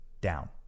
down